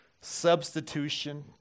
Substitution